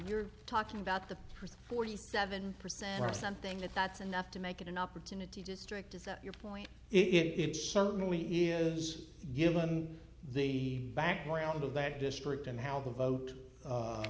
you're talking about the forty seven percent or something that that's enough to make it an opportunity district to set your point it certainly is give them the background of their district and how they vote